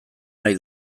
nahi